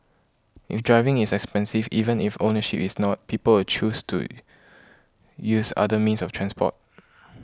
if driving is expensive even if ownership is not people will choose to use other means of transport